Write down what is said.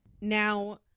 Now